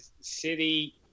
City